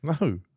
No